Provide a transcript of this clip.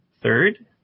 Third